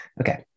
Okay